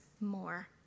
more